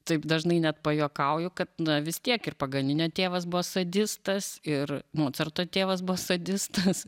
taip dažnai net pajuokauju kad vis tiek ir paganinio tėvas buvo sadistas ir mocarto tėvas buvo sadistas